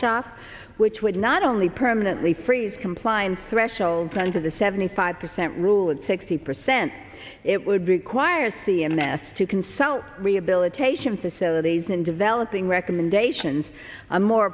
shot which would not only permanently freeze compliance threshold terms of the seventy five percent rule and sixty percent it would require cns to consult rehabilitation facilities in developing recommendations a more